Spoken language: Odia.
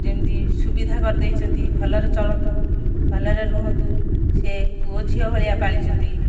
ଯେମିତି ସୁବିଧା କରିଦେଇଛନ୍ତି ଭଲରେ ଚଳନ୍ତୁ ଭଲରେ ରୁହନ୍ତୁ ସେ ପୁଅ ଝିଅ ଭଳିଆ ପାଳିଛନ୍ତି